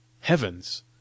Heavens